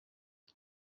the